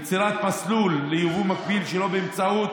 יצירת מסלול ליבוא מקביל שלא באמצעות